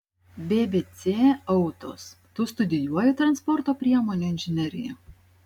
bbc autos tu studijuoji transporto priemonių inžineriją